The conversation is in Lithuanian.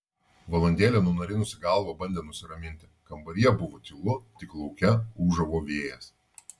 valandėlę nunarinusi galvą bandė nusiraminti kambaryje buvo tylu tik lauke ūžavo vėjas